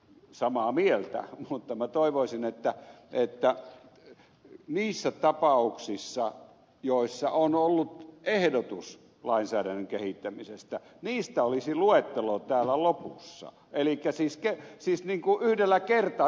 samaa mieltä mutta minä toivoisin että niistä tapauksista joissa on ollut ehdotus lainsäädännön kehittämisestä olisi luettelo täällä lopussa siis yhdellä kertaa